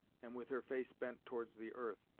and with her face bent towards the earth,